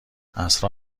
عصرا